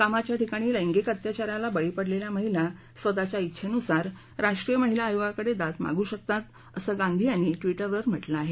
कामाच्या ठिकाणी लैंगिक सचना अत्याचाराला बळी पडलेल्या महिला स्वतःच्या उंछेनुसार राष्ट्रीय महिला आयोगाकडे दाद मागू शकतात असं गांधी यांनी टवीटरवर म्हटलं आहे